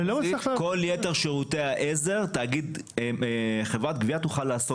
כל יתר שירותי העזר, חברת גבייה תוכל לעסוק.